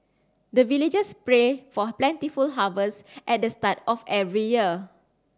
the villagers pray for plentiful harvest at the start of every year